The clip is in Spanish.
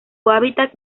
hábitat